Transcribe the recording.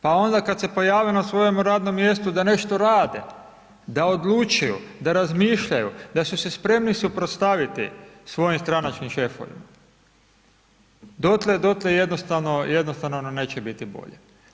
Pa onda kada se pojave na svojem radnu mjestu da nešto rade, da odlučuju, da razmišljaju, da su se spremni suprotstaviti svojim stranačkim šefovima, dotle jednostavno nam neće biti bolje.